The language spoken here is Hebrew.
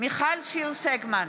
מיכל שיר סגמן,